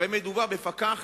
הרי מדובר בפקח